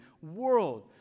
world